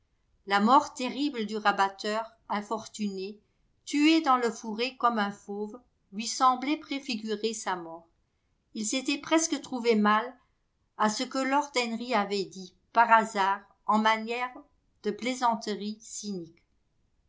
la mort terrible du rabatteur infortuné tué dans le fourré comme un fauve lui semblait préfigurer sa mort il s'était presque trouvé mal à ce que lord henry avait dit par hasard en manière de plaisanterie cynique